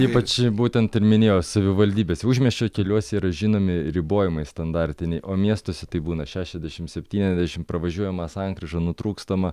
ypač būtent ir minėjo savivaldybės užmiesčio keliuose yra žinomi ribojimai standartiniai o miestuose tai būna šešiasdešimt septyniasdešimt pravažiuojama sankryža nutrūkstama